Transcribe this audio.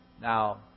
Now